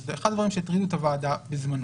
זה אחד הדברים שהטרידו את הוועדה בזמנו.